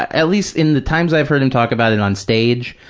at least in the times i've heard him talk about it on stage,